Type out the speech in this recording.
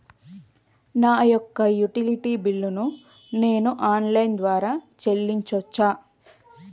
నా యొక్క utility bill ను నేను ఆన్ లైన్ ద్వారా చెల్లించొచ్చా?